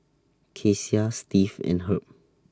Kecia Steve and Herb